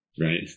right